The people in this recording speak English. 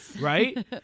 Right